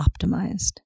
optimized